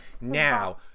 now